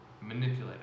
manipulated